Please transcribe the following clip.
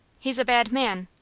he's a bad man.